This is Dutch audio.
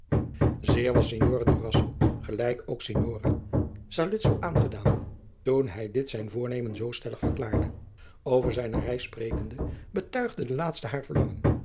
signore durazzo gelijk ook signora saluzzo aangedaan toen hij dit zijn voornemen zoo stellig verklaarde over zijne reis sprekende betuigde de laatste haar verlangen